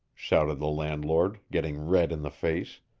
shouted the landlord, getting red in the face.